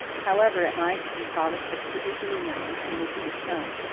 however it might impoverish the particular lands on which it was sown.